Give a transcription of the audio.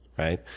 right.